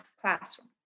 classroom